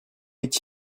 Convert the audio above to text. est